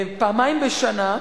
פעמיים בשנה,